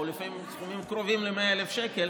או לפעמים סכומים קרובים ל-100,000 שקל,